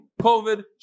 COVID